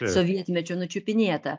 sovietmečiu nučiupinėtą